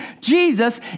Jesus